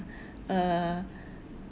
uh